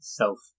self